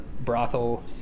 brothel